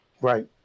Right